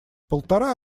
полтора